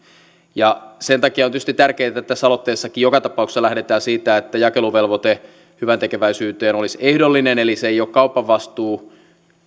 sen takia on tietysti tärkeätä että tässä aloitteessakin joka tapauksessa lähdetään siitä että jakeluvelvoite hyväntekeväisyyteen olisi ehdollinen eli se ei ole kaupan vastuu